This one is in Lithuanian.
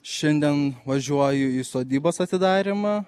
šiandien važiuoju į sodybos atidarymą